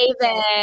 David